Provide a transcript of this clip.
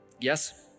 Yes